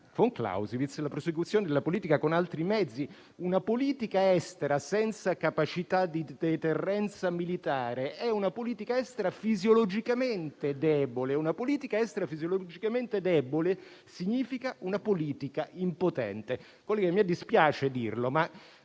von Clausewitz - la prosecuzione della politica con altri mezzi. Una politica estera senza capacità di deterrenza militare è fisiologicamente debole e una politica estera fisiologicamente debole significa una politica impotente. Colleghi, a me dispiace dirlo, ma